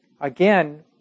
again